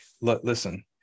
listen